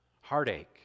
heartache